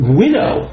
widow